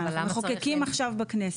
אנחנו מחוקקים עכשיו בכנסת.